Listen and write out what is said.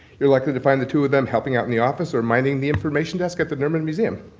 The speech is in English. you're likely to find the two of them helping out in the office or minding the information desk at the nerman museum.